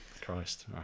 Christ